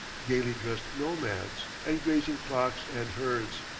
gayly dressed nomads, and grazing flocks and herds.